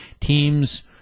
Teams